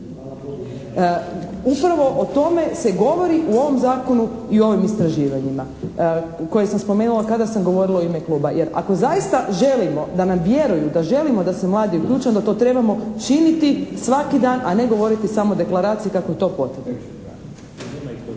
Upravo o tome se govori u ovom Zakonu i u ovim istraživanjima koje sam spomenula kada sam govorila u ime kluba. Jer ako zaista želimo da nam vjeruju, da želimo da se mladi uključe, onda to trebamo činiti svaki dan, a ne govoriti samo o deklaraciji, kako je to potrebno.